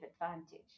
advantage